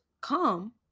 come